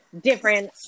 different